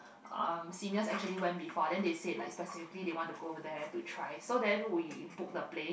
um seniors actually went before then they said like specifically they want to go over there to try so we book the place